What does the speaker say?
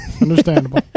Understandable